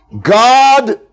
God